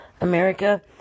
america